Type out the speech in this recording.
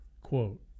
quote